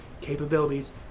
capabilities